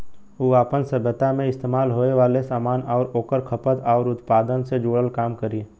उ आपन सभ्यता मे इस्तेमाल होये वाले सामान आउर ओकर खपत आउर उत्पादन से जुड़ल काम करी